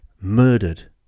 murdered